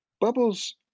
Bubbles